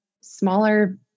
smaller